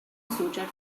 suited